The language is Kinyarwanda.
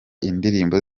indirimbo